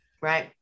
Right